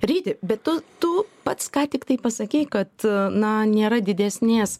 ryti bet tu tu pats ką tik taip pasakei kad na nėra didesnės